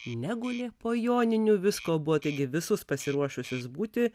neguli po joninių visko buvo taigi visus pasiruošusios būti